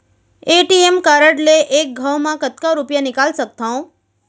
ATM card ले एक घव म कतका रुपिया निकाल सकथव?